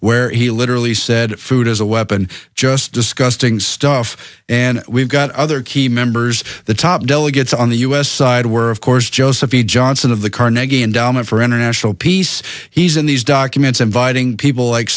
where he literally said food as a weapon just disgusting stuff and we've got other key members the top delegates on the u s side were of course josephine johnson of the carnegie endowment for international peace he's in these documents inviting people like